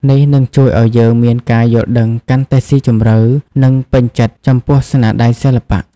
នេះនឹងជួយឲ្យយើងមានការយល់ដឹងកាន់តែស៊ីជម្រៅ និងពេញចិត្តចំពោះស្នាដៃសិល្បៈ។